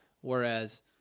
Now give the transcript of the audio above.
whereas